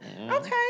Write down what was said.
Okay